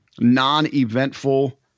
non-eventful